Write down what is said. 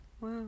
wow